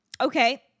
Okay